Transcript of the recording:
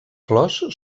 flors